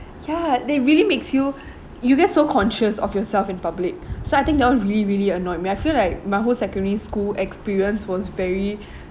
ya they really makes you you get so conscious of yourself in public so I think that one really really annoyed me I feel like my whole secondary school experience was very